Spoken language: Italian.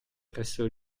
presso